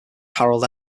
harold